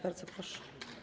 Bardzo proszę.